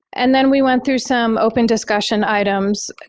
and then we went through some open discussion items.